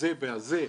והזה,